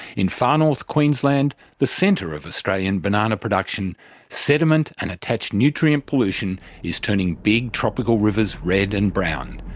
in far north queensland the centre of australian banana production sediment and attached nutrient pollution is turning big tropical rivers red and brown,